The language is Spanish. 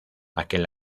aquel